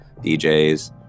DJs